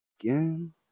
again